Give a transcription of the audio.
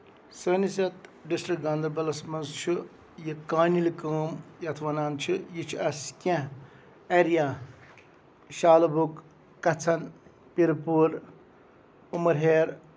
سٲنِس یَتھ ڈِسٹرک گاندربَلس منٛز چھُ یہِ کانِل کٲم یَتھ وَنان چھِ یہِ چھِ اَسہِ کیٚنٛہہ ایریا شالہٕ بوٚگ کَژَن پِرٕ پوٗر اُمرہیر